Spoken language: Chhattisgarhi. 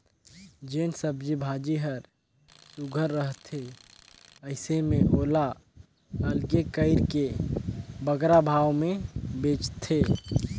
जेन सब्जी भाजी हर सुग्घर रहथे अइसे में ओला अलगे कइर के बगरा भाव में बेंचथें